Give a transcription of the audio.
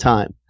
Time